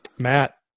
Matt